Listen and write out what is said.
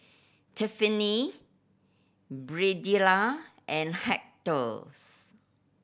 Tiffani Birdella and Hector's